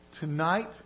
Tonight